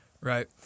Right